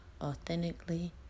Authentically